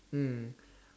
mm